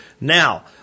Now